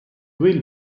will